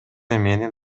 менин